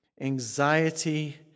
anxiety